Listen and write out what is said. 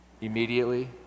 immediately